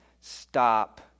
stop